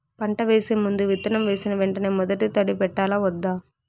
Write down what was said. పంట వేసే ముందు, విత్తనం వేసిన వెంటనే మొదటి తడి పెట్టాలా వద్దా?